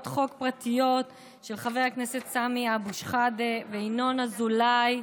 חוק פרטיות של חבר הכנסת סמי אבו שחאדה וינון אזולאי.